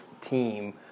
team